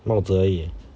帽子而已